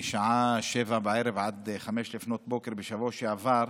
מהשעה 19:00 עד 05:00 בשבוע שעבר,